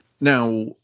Now